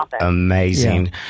amazing